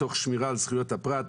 תוך שמירה על זכויות הפרט,